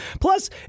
Plus